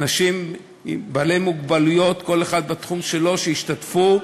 אנשים בעלי מוגבלויות, כל אחד בתחום שלו, והשתתפו,